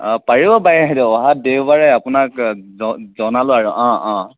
অ' পাৰিব বাইদ' অহা দেওবাৰে আপোনাক জনালোঁ আৰু অ' অ'